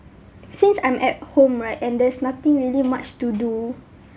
since I'm at home right and there's nothing really much to do